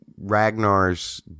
ragnar's